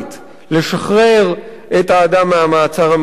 לשחרר את האדם מהמעצר המינהלי?